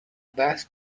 بحث